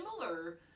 similar